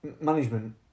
management